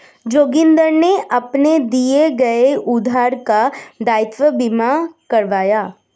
जोगिंदर ने अपने दिए गए उधार का दायित्व बीमा करवाया